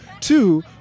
Two